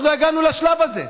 עוד לא הגענו לשלב הזה.